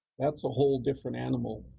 that's a whole different animal.